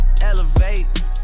elevate